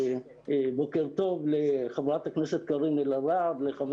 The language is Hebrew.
בוקר טוב לחברת הכנסת קארין אלהרר ולחבר